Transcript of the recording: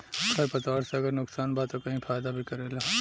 खर पतवार से अगर नुकसान बा त कही फायदा भी करेला